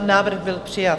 Návrh byl přijat.